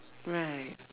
right